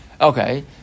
Okay